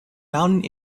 mountain